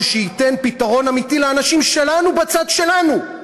שייתן פתרון אמיתי לאנשים שלנו בצד שלנו.